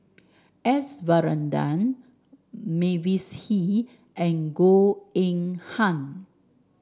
S Varathan Mavis Hee and Goh Eng Han